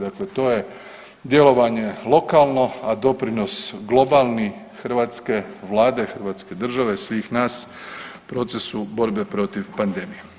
Dakle, to je djelovanje lokalno, a doprinos globalni hrvatske Vlade, hrvatske države, svih nas u procesu borbe protiv pandemije.